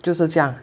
就是这样